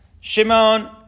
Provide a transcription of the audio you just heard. Shimon